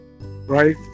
right